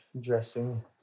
dressing